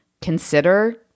consider